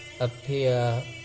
appear